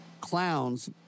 clowns